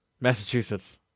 Massachusetts